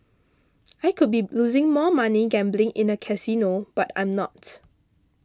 I could be losing more money gambling in a casino but I'm not